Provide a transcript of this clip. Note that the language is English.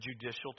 judicial